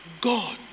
God